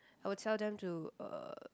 I will tell them to uh